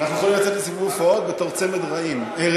אנחנו יכולים לצאת לסיבוב הופעות בתור צמד רֵעים.